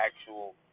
actual